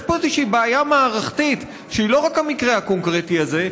יש פה איזושהי בעיה מערכתית שהיא לא רק המקרה הקונקרטי הזה,